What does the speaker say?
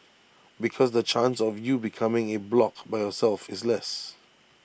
because the chance of you becoming A bloc by yourself is less